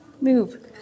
move